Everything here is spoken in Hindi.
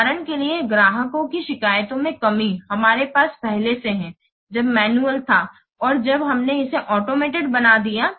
उदाहरण के लिए ग्राहकों की शिकायतों में कमी हमारे पास पहले से है जब मैनुअल था और अब हमने इसे ऑटोमेटेड बना दिया है